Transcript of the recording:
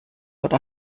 oder